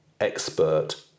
expert